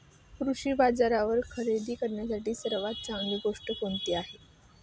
कृषी बाजारावर खरेदी करण्यासाठी सर्वात चांगली गोष्ट कोणती आहे?